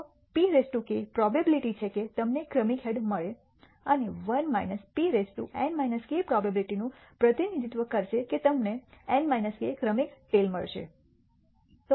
તો pk probability છે કે તમને k ક્રમિક હેડ અને 1 pn - k પ્રોબેબીલીટી નું પ્રતિનિધિત્વ કરશે કે તમને n k ક્રમિક ટેઈલ મળશે